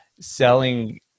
selling